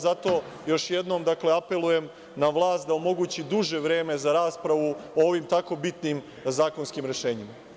Zato još jednom apelujem na vlast da omogući duže vreme za raspravu o ovim tako bitnim zakonskim rešenjima.